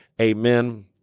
Amen